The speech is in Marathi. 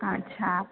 अच्छा